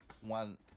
one